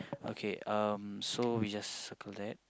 okay um so we just circle that